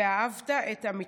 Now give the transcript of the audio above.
ואהבת את עמיתך.